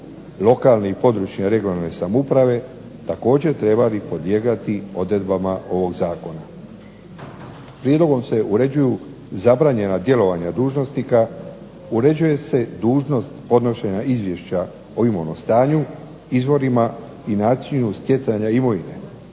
lokalne i područne (regionalne) samouprave također trebali podlijegati odredbama ovog zakona. Prijedlogom se uređuju zabranjena djelovanja dužnosnika, uređuje se dužnost podnošenja izvješća o imovnom stanju, izvorima i načinu stjecanja imovine,